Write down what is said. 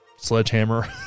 Sledgehammer